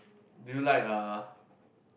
do you like uh